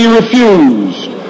refused